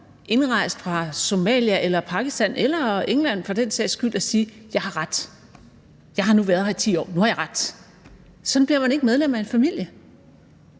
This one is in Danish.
indrejst fra Somalia eller Pakistan eller England for den sags skyld og sige: Jeg har ret; nu har jeg været havde i 10 år, så nu har jeg ret til det. Sådan bliver man ikke medlem af en familie.